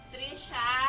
Trisha